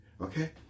Okay